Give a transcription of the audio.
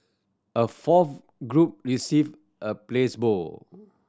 a fourth group received a placebo